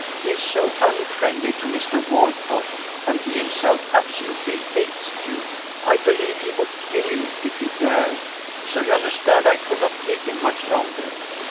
he is so unfriendly to mr. walcott, and he himself absolutely hates duke i believe he would kill him if he dared so you understand i could not keep him much longer.